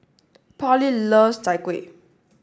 Parley loves Chai Kuih